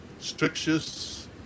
strictures